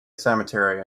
cemetery